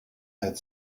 had